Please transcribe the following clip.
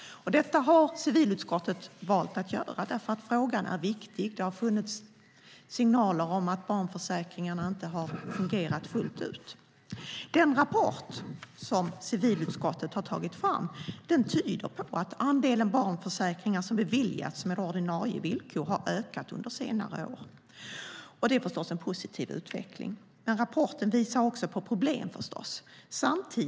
Det har civilutskottet valt att göra eftersom frågan är viktig. Det har funnits signaler om att barnförsäkringarna inte har fungerat fullt ut. Den rapport som civilutskottet har tagit fram tyder på att andelen barnförsäkringar som beviljats med ordinarie villkor har ökat under senare år. Det är förstås en positiv utveckling, men rapporten visar också på problem.